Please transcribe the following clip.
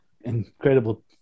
incredible